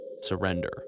surrender